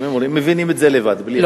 הם מבינים את זה לבד, בלי חוק.